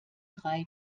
drei